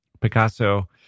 Picasso